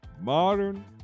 modern